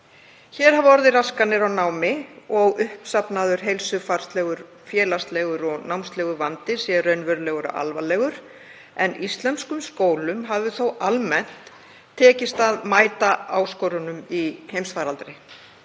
Hér hafa orðið raskanir á námi og uppsafnaður heilsufarslegur, félagslegur og námslegur vandi sé raunverulegur og alvarlegur, en íslenskum skólum hafi þó almennt tekist að mæta áskorunum í heimsfaraldri.